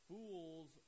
Fools